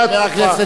הרי רובם,